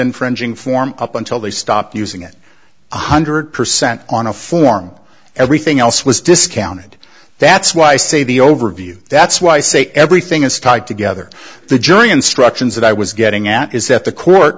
infringing form up until they stopped using it one hundred percent on a form everything else was discounted that's why i say the overview that's why i say everything is tied together the jury instructions that i was getting at is that the court